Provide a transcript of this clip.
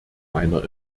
meiner